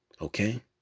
Okay